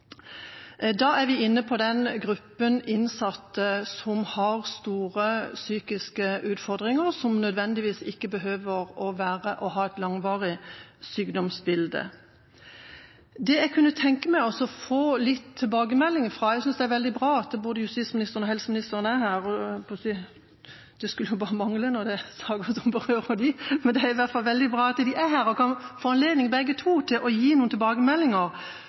Da er vi inne på den gruppen innsatte som har store psykiske utfordringer, og som ikke nødvendigvis behøver å ha et langvarig sykdomsbilde. Jeg kunne tenke meg å få litt tilbakemeldinger. Jeg synes det er veldig bra at både justisministeren og helseministeren er her – det skulle jo bare mangle når det er saker som bare går på dem. Men det er i hvert fall veldig bra at de er her, slik at begge to kan få anledning til å gi noen tilbakemeldinger